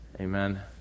Amen